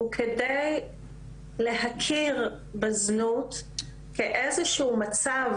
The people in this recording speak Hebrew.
הוא כדי להכיר בזנות כאיזשהו מצב